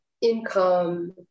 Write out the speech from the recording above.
income